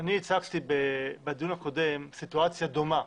אני הצפתי בדיון הקודם מצב דומה,